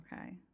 Okay